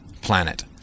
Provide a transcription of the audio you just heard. planet